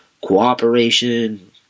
Cooperation